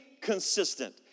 consistent